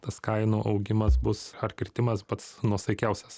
tas kainų augimas bus ar kritimas pats nuosaikiausias